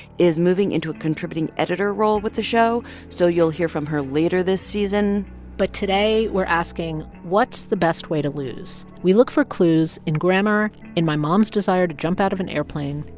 is moving into a contributing editor role with the show, so you'll hear from her later this season but today, we're asking what's the best way to lose? we look for clues in grammar, in my mom's desire to jump out of an airplane.